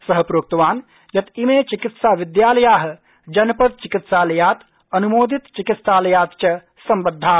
स प्रोक्तवान् यत् इमे चिकित्सा विद्यालया जनपद चिकित्सालयात् अनुमोदित चिकित्सालयात् च सम्बद्धा